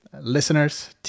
Listeners